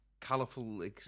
Colourful